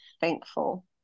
thankful